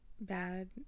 Bad